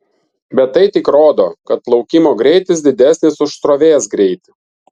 bet tai tik rodo kad plaukimo greitis didesnis už srovės greitį